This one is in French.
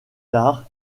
tard